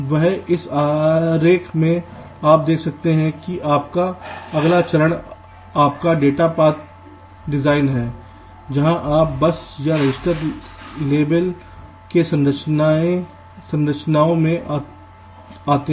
अब इस आरेख में आप देखते हैं कि आपका अगला चरण आपका डेटा पाथ डिज़ाइन है जहाँ आप बस या रजिस्टर लेवल के संरचनामें आते हैं